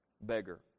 beggar